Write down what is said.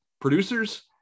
producers